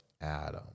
Adam